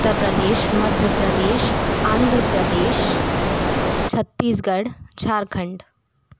Uttar Pradesh Madhya Pradesh Andhra Pradesh Chhattisgarh Jharkhand